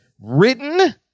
written